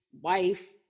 wife